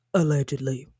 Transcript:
allegedly